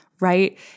right